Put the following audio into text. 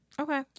Okay